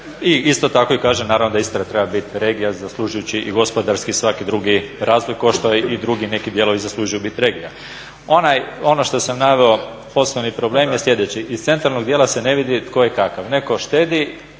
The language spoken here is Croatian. I isto tako i kažem naravno da Istra treba biti regija zaslužujući i gospodarski i svaki drugi razvoj kao što i drugi neki dijelovi zaslužuju biti regija. Ono što sam naveo, poslovni problem je sljedeći. Iz centralnog dijela se ne vidi tko je kakav. Netko štedi,